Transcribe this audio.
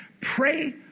pray